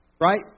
right